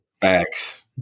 facts